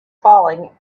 falling